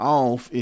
off